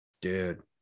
dude